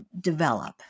develop